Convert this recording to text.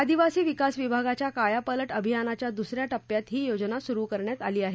आदिवासी विकास विभागाच्या कायापालट अभियानाच्या दुस या टप्प्यात ही योजना सुरू करण्यात आली आहे